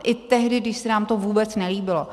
I tehdy, když se nám to vůbec nelíbilo.